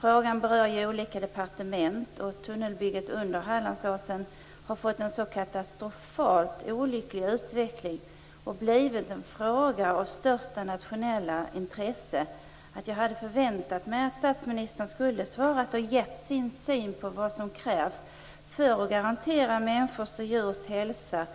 Frågan berör ju olika departement, och tunnelbygget under Hallandsåsen har fått en så katastrofalt olycklig utveckling och blivit en fråga av så stort nationellt intresse att jag hade förväntat mig att statsministern skulle ha svarat. Jag är intresserad av hans syn på vad som krävs för att man skall kunna garantera människors och djurs hälsa,